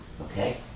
Okay